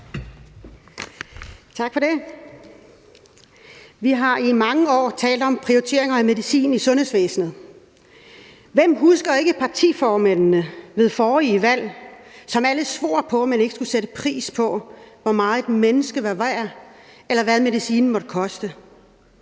Vi har i mange år talt om prioritering af medicin i sundhedsvæsenet. Hvem husker ikke partiformændene ved forrige valg, som alle svor på, at man ikke skulle sætte pris på, hvor meget et menneske er værd, eller hvad medicinen måtte koste?